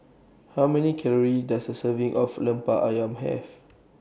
How Many Calories Does A Serving of Lemper Ayam Have